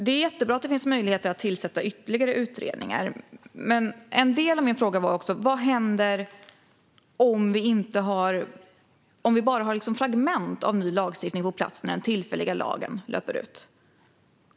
Det är bra att det finns möjlighet att tillsätta ytterligare utredningar, men en del av min fråga gällde vad som händer om det finns endast fragment av ny lagstiftning på plats när den tillfälliga lagen löper ut?